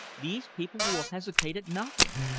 these people will hesitate at nothing.